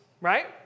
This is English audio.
right